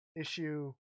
issue